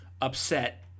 upset